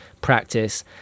practice